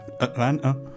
Atlanta